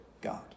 God